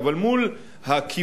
אבל מול הקיבעונות,